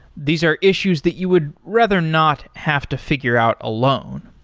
these are issues that you would rather not have to figure out alone.